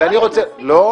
לא,